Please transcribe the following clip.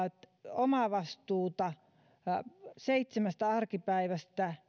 omavastuuta viidestä arkipäivästä